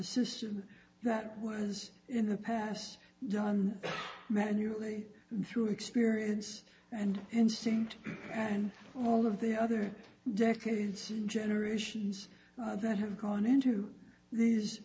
system that was in the past done manually through experience and instinct and all of the other decades generations that have gone into these